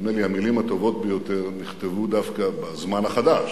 נדמה לי המלים הטובות ביותר נכתבו דווקא בזמן החדש,